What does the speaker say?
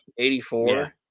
84